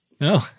No